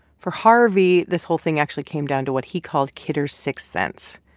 for harvey, this whole thing actually came down to what he called kidder's sixth sense,